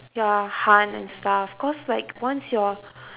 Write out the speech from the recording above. ya hunt and stuff cause like once your